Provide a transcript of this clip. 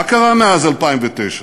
מה קרה מאז 2009?